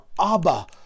Abba